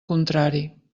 contrari